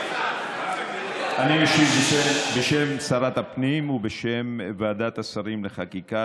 אני משיב בשם שרת הפנים ובשם ועדת השרים לחקיקה.